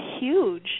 huge